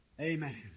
Amen